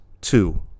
two